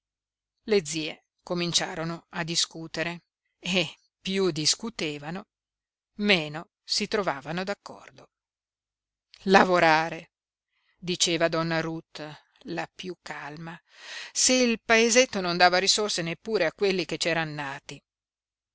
le zie cominciarono a discutere e piú discutevano meno si trovavano d'accordo lavorare diceva donna ruth la piú calma se il paesetto non dava risorse neppure a quelli che c'eran nati